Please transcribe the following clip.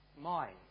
mind